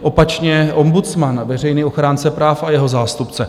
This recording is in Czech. Opačně ombudsman, veřejný ochránce práv a jeho zástupce.